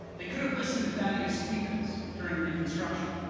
they could have listened to thaddeus stevens during reconstruction.